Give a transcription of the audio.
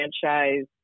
franchise